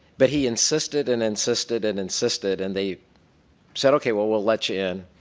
but he insisted and insisted and insisted and they said okay we'll we'll let you in.